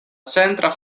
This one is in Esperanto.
centra